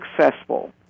successful